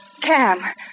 Cam